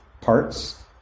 parts